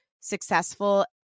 successful